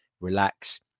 relax